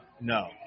No